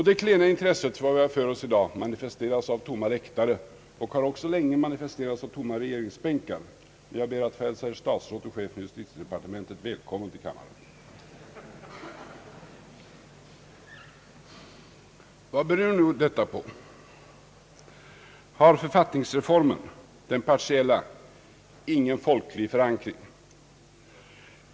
Det klena intresset i dag manifesteras av tomma läktare, och har också länge manifesterats av tomma regeringsbänkar. Jag ber att få hälsa herr statsrådet och chefen för justitiedepartementet välkommen till kammaren! Vad beror nu detta på? Har författningsreformen, den partiella, ingen folklig förankring?